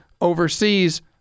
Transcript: overseas